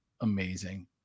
amazing